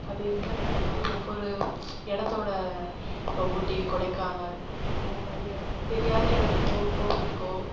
அப்படி என்ஜாய் பண்ணும்போது ஒவ்வொரு இடத்தோட இப்போ ஊட்டி கொடைக்கானல் இந்தமாதிரி தெரியாத இடத்துக்கோ கோவிலுக்கோ